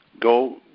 go